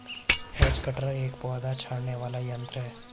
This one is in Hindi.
हैज कटर एक पौधा छाँटने वाला यन्त्र है